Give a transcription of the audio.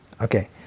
Okay